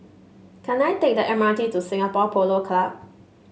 can I take the M R T to Singapore Polo Club